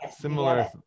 similar